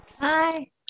Hi